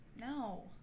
no